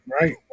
right